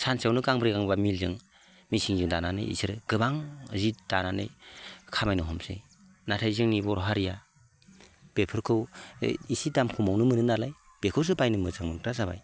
सानसेयावनो गांब्रै गांबा मिलजों मेसिनजों दानानै बिसोरो गोबां जि दानानै खामायनो हमसै नाथाय जोंनि बर' हारिया बेफोरखौ इसे दाम खमावनो मोनो नालाय बेखौसो बायनो मोजां मोनग्रा जाबाय